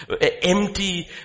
empty